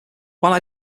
while